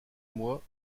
moi